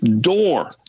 door